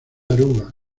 aruba